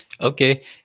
Okay